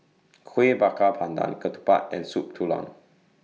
Kueh Bakar Pandan Ketupat and Soup Tulang